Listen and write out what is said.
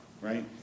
right